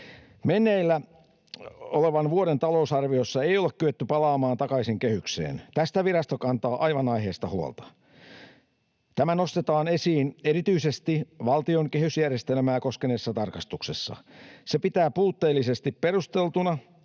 Meneillään olevan vuoden talousarviossa ei olla kyetty palaamaan takaisin kehykseen. Tästä virasto kantaa aivan aiheesta huolta. Tämä nostetaan esiin erityisesti valtion kehysjärjestelmää koskeneessa tarkastuksessa. Se pitää puutteellisesti perusteltuina